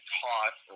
taught